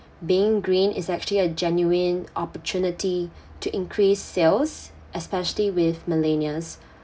being green is actually a genuine opportunity to increase sales especially with millennials